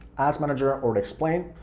ads manager, already explained.